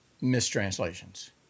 mistranslations